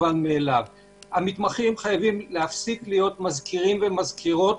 המתמחים חייבים להפסיק להיות מזכירים ומזכירות